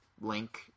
Link